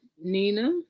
Nina